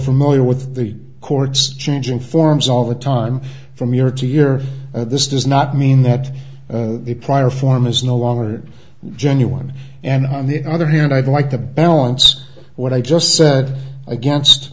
familiar with the courts changing forms all the time from year to year this does not mean that the prior form is no longer genuine and on the other hand i'd like to balance what i just said against